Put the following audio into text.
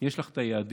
יש לך את היעדים,